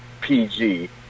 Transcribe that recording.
PG